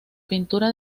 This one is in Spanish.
pintura